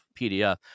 PDF